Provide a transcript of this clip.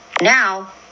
now